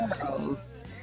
girls